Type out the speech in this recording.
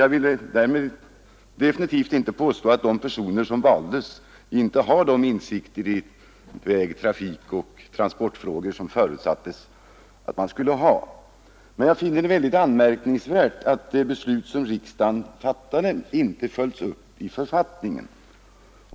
Jag vill därmed definitivt inte påstå att de personer som valdes inte har de insikter i väg-, trafikoch transportfrågor som det förutsätts att ledamöterna skall ha. Men jag finner det anmärkningsvärt att det beslut som riksdagen har fattat inte har följts upp i författningen.